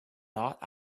thought